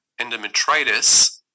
endometritis